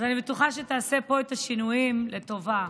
אז אני בטוחה שתעשה פה את השינויים לטובה.